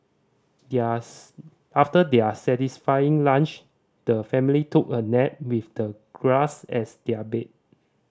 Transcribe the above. there after their satisfying lunch the family took a nap with the grass as their bed